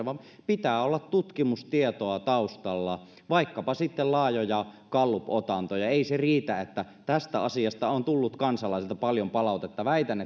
vaan pitää olla tutkimustietoa taustalla vaikkapa sitten laajoja gallup otantoja ei se riitä että tästä asiasta on tullut kansalaisilta paljon palautetta väitän